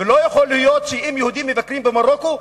לא יכול להיות שאם יהודים מבקרים במרוקו,